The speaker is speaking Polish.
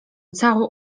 całą